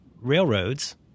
railroads